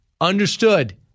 understood